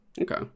okay